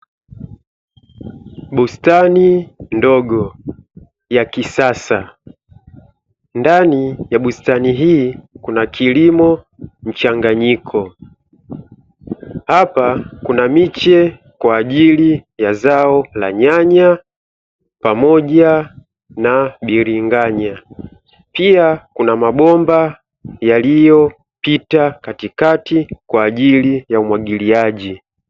Bustani ndogo ya kisasa, ndani ya bustani hii kuna kilimo mchanganyiko hapa kuna miche kwa ajili ya zao la nyanya pamoja na biringanya, pia kuna mabomba yaliyopita katikati kwa ajili ya umwagiliaji.